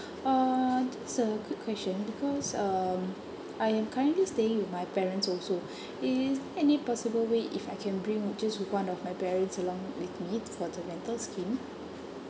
uh just a quick question because um I am currently staying with my parents also is there any possible way if I can bring just one of my parents along with me for the rental scheme